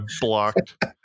blocked